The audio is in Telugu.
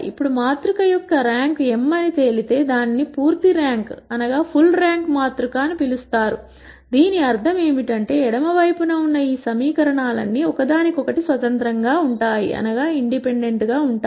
ఇప్పుడు మాతృక యొక్క ర్యాంక్ m అని తేలితే దానిని పూర్తి ర్యాంక్ మాతృక అని పిలుస్తారు దీని అర్థం ఏమిటంటే ఎడమ వైపున ఉన్న ఈ సమీకరణాలన్నీ ఒకదానికొకటి స్వతంత్రంగా ఉంటాయి